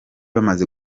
bamaze